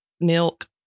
milk